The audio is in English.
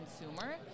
consumer